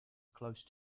close